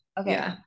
Okay